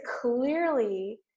clearly